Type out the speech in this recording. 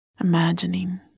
Imagining